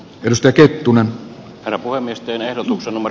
risto kettunen alkoi miesten ehdotukseen on